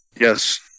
Yes